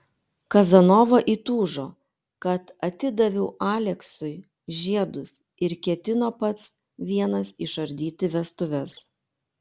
kazanova įtūžo kad atidaviau aleksui žiedus ir ketino pats vienas išardyti vestuves